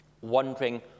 wondering